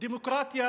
דמוקרטיה